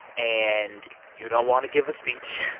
and you don't want to give a speech,